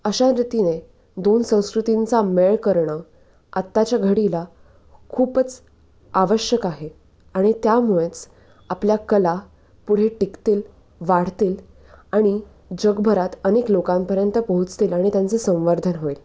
अशा रीतीने दोन संस्कृतींचा मेळ करणं आत्ताच्या घडीला खूपच आवश्यक आहे आणि त्यामुळेच आपल्या कला पुढे टिकतील वाढतील आणि जगभरात अनेक लोकांपर्यंत पोहोचतील आणि त्यांचं संवर्धन होईल